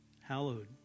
Hallowed